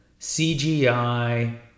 CGI